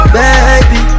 baby